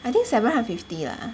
I think seven hundred fifty lah